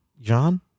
John